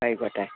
ആയിക്കോട്ടെ